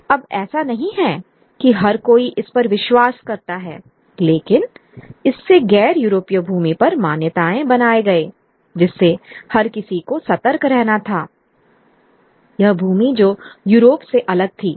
अब ऐसा नहीं है कि हर कोई इस पर विश्वास करता है लेकिन इससे गैर यूरोपीय भूमि पर मान्यताएं बनाए गए जिससे हर किसी को सतर्क रहना था यह भूमि जो यूरोप से अलग थी